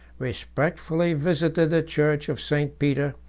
respectfully visited the church of st. peter,